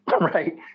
right